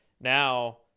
now